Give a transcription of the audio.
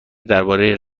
درباره